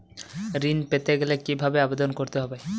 ঋণ পেতে গেলে কিভাবে আবেদন করতে হবে?